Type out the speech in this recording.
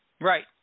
Right